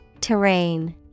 Terrain